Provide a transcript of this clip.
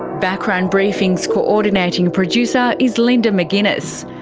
background briefing's co-ordinating producer is linda mcginness,